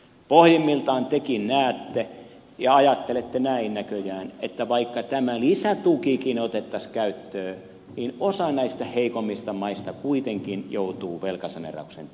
pohjimmiltaan tekin näette ja ajattelette näin näköjään että vaikka tämä lisätukikin otettaisiin käyttöön niin osa näistä heikommista maista kuitenkin joutuu velkasaneerauksen tielle